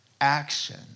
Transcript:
action